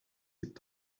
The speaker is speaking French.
est